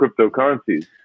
cryptocurrencies